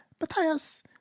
Matthias